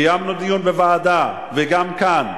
קיימנו דיון בוועדה וגם כאן,